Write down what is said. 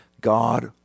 god